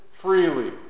freely